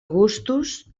gustos